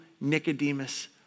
Nicodemus